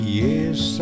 yes